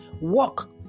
work